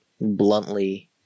bluntly